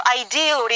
ideal